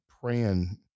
praying